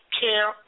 care